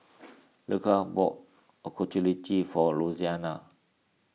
Leola bought Ochazuke for Louisiana